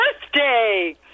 birthday